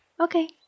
Okay